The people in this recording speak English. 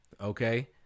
okay